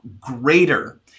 greater